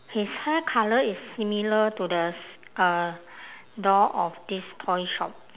his hair colour is similar to the s~ uh door of this toy shop